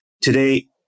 Today